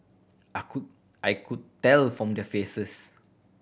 I could tell from their faces